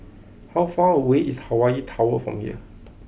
how far away is Hawaii Tower from here